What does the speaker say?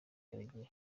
karegeya